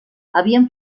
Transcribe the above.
havien